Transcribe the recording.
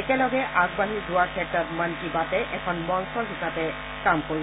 একেলগে আগবাঢ়ি যোৱাৰ ক্ষেত্ৰত মন কী বাতে এখন মঞ্চ হিচাপে কাম কৰিছে